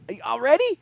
Already